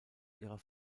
ihrer